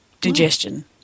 digestion